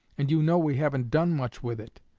and you know we haven't done much with it.